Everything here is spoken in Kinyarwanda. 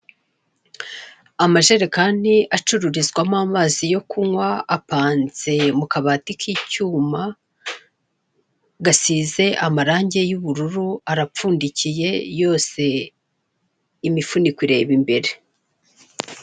Amajerekani acururizwamo amazi yo kunywa, apanze mu kabati k'icyuma, gasize amarange y'ubururu, arapfundikiye, yose imifuniko ireba imbere.